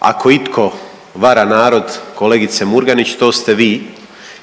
Ako itko vara narod, kolegice Murganić, to ste vi,